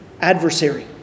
adversary